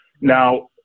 Now